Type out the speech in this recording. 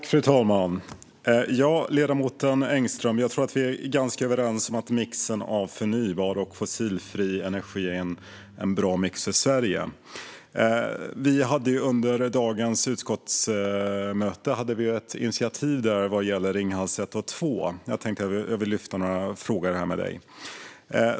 Fru talman! Jag tror att ledamoten Engström och jag är ganska överens om att mixen av förnybar och fossilfri energi är en bra mix för Sverige. Under dagens utskottsmöte hade vi ett initiativ vad gäller Ringhals 1 och 2, och jag vill därför ta upp några frågor med ledamoten.